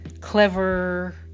clever